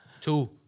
Two